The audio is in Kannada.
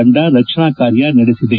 ತಂಡ ರಕ್ಷಣಾ ಕಾರ್ಯ ನಡೆಸಿದೆ